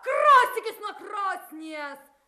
kraustykis nuo krosnies